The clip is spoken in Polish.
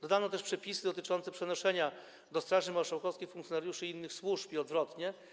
Dodano też przepisy dotyczące przenoszenia do Straży Marszałkowskiej funkcjonariuszy innych służb i odwrotnie.